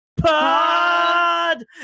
pod